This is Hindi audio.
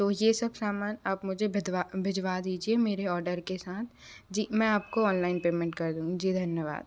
तो यह सब सामान आप मुझे भिदवा भिजवा दीजिए मेरे ऑर्डर के साथ जी मैं आपको ऑनलाइन पेमेंट कर दूँगी जी धन्यवाद